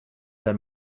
that